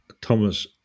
Thomas